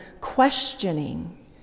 questioning